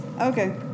Okay